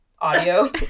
audio